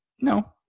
no